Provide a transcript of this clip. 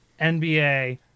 NBA